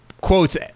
quotes